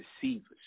deceivers